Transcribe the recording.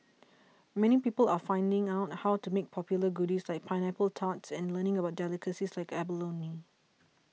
many people are finding out how to make popular goodies like pineapple tarts and learning about delicacies like abalone